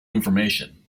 information